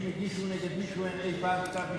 הגישו נגד מישהו מהם אי-פעם כתב אישום?